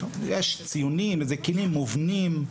יש ציונים ולכלים מובנים.